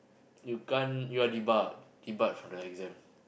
you can't you are debarred debarred from the exam